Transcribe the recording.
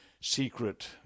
secret